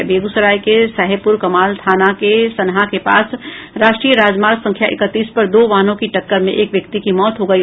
बेगूसराय के साहेबपुर कमाल थाना क्षेत्र के सनहा के पास राष्ट्रीय राजमार्ग संख्या इकतीस पर दो वाहनों की टक्कर में एक व्यक्ति की मौत हो गयी